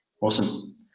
Awesome